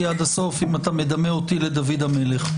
עד הסוף אם אתה מדמה אותי לדוד המלך.